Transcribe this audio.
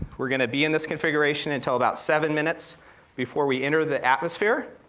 we're gonna be in this configuration until about seven minutes before we enter the atmosphere.